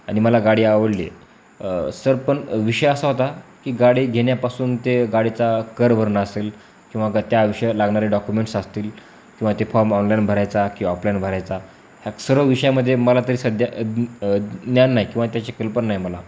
आणि मला गाडी आवडली सर पण विषय असा होता की गाडी घेण्यापासून ते गाडीचा कर भरणं असेल किंवा ग त्या विषय लागणारे डॉकुमेंट्स असतील किंवा ते फॉर्म ऑनलाईन भरायचा की ऑपलाईन भरायचा ह्या सर्व विषयामध्ये मला तरी सध्या ज्ञान नाही किंवा त्याची कल्पना नाही मला